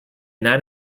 that